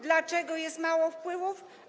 Dlaczego jest mało wpływów?